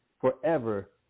forever